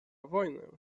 wojnę